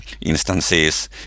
instances